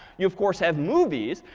you of course have movies.